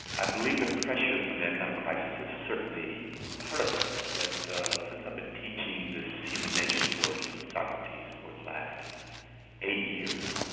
i believe the pressure from the economic crisis is certainly part of this, but since i've been teaching this human nature course and socrates for the last eight years,